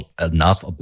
enough